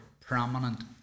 prominent